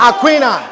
Aquina